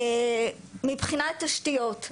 מבחינת תשתיות,